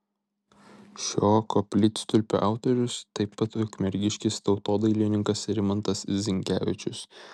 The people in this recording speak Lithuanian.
šio koplytstulpio autorius taip pat ukmergiškis tautodailininkas rimantas zinkevičius